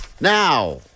now